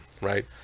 right